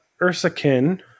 Ursakin